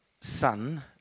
son